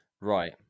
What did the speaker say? Right